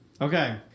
Okay